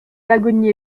l’agonie